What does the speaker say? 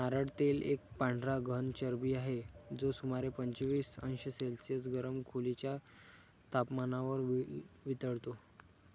नारळ तेल एक पांढरा घन चरबी आहे, जो सुमारे पंचवीस अंश सेल्सिअस गरम खोलीच्या तपमानावर वितळतो